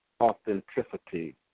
authenticity